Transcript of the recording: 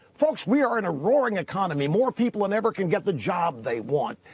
folks, we are in a roaring economy. more people than ever can get the job they want